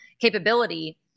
capability